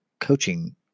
coaching